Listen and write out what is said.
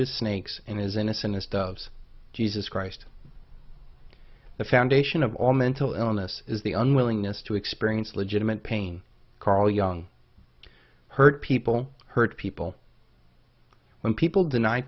to snakes and is in a sinister of jesus christ the foundation of all mental illness is the unwillingness to experience legitimate pain carl young hurt people hurt people when people deny